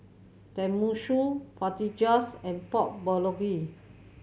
Tenmusu Fajitas and Pork Bulgogi